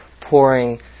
pouring